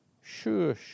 Sure